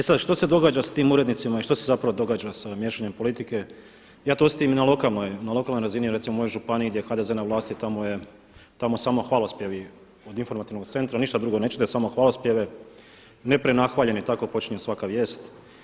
E sada, što se događa sa tim urednicima i što se zapravo događa sa miješanjem politike, ja to osjetim i na lokalnoj razini, recimo u mojoj županiji gdje je HDZ na vlasti tamo je, tamo samo hvalospjevi od informativnog centra, ništa drugo ne čujete, samo hvalospjeve, ne prenahvaljene, i tako počinje svaka vijest.